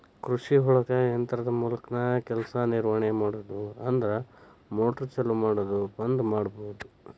ಕೃಷಿಒಳಗ ಯಂತ್ರದ ಮೂಲಕಾನ ಕೆಲಸಾ ನಿರ್ವಹಣೆ ಮಾಡುದು ಅಂದ್ರ ಮೋಟಾರ್ ಚಲು ಮಾಡುದು ಬಂದ ಮಾಡುದು